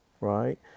right